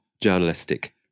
journalistic